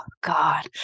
God